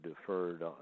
deferred